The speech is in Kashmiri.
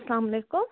سلامُ علیکُم